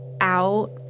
out